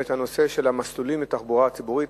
את הנושא של המסלולים לתחבורה הציבורית,